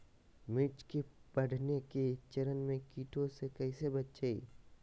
मिर्च के बढ़ने के चरण में कीटों से कैसे बचये?